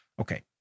Okay